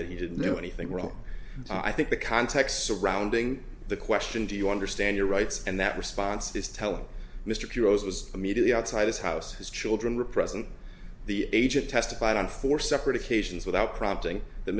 that he didn't know anything wrong i think the context surrounding the question do you understand your rights and that response just tell mr puro it was immediately outside his house his children re present the agent testified on four separate occasions without prompting th